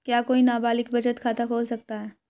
क्या कोई नाबालिग बचत खाता खोल सकता है?